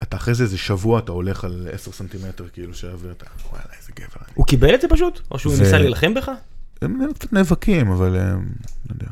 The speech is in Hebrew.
אתה אחרי זה איזה שבוע אתה הולך על 10 סנטימטר כאילו שהעביר אתה, וואלה איזה גבר. הוא קיבל את זה פשוט? או שהוא ניסה להילחם בך? הם נאבקים, אבל...